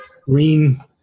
green